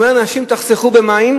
אומרים לאנשים: תחסכו במים,